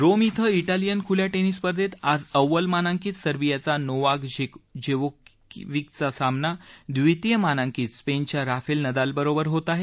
Rome इथं Italian खुल्या tennis स्पर्धेत आज अव्वल मानांकित सर्बियाच्या नोवाक जोकिविकचा सामना द्वितीय मानांकित स्पेनच्या राफेल नदालबरोबर होत आहे